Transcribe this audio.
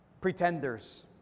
pretenders